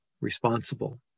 responsible